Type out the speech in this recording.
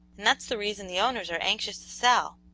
and that's the reason the owners are anxious to sell.